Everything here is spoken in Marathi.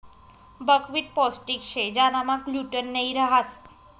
बकव्हीट पोष्टिक शे ज्यानामा ग्लूटेन नयी रहास